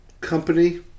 company